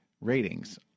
ratings